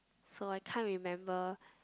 so I can't remember